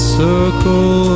circle